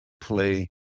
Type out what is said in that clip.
play